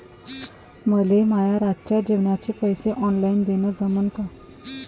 मले माये रातच्या जेवाचे पैसे ऑनलाईन देणं जमन का?